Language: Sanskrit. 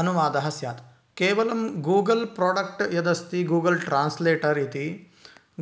अनुवादः स्यात् केवलं गूगल् प्रोडक्ट् यदस्ति गूगल् ट्रास्लेटर् इति